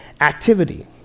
Activity